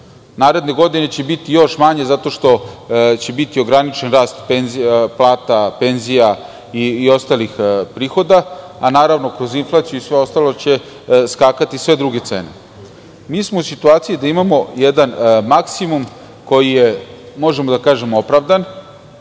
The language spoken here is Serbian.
Naredne godine će biti još manje, zato što će biti ograničen rast plata, penzija i ostalih prihoda, a naravno, kroz inflaciju i sve ostalo će skakati, sve druge cene. Mi smo u situaciji da imamo jedan maksimum koji je, možemo da kažemo, opravdan,